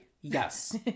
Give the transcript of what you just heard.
Yes